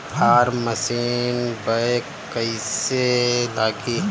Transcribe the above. Form machine बैक कईसे लागी?